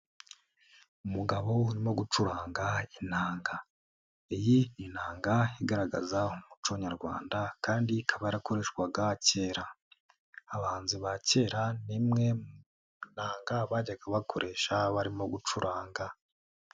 Umugabo urimo gucuranga inanga, iyi ni inanga igaragaza umuco nyarwanda kandi ikaba yarakoreshwaga kera, abahanzi ba kera ni imwe mu nanga bajyaga bakoresha barimo gucuranga.